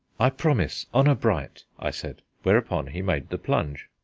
i promise, honour bright, i said, whereupon he made the plunge.